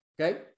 okay